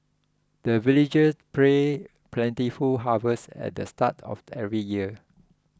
the villagers pray plentiful harvest at the start of every year